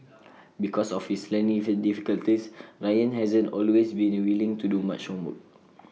because of his learning difficulties Ryan hasn't always been willing to do much homework